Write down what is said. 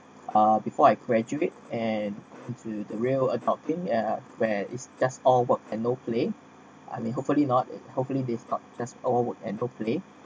uh before I graduate and into the real adopting uh where it's just all work and no play I mean hopefully not hopefully they start over and hopefully